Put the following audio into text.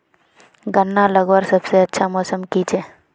गन्ना लगवार सबसे अच्छा मौसम की छे?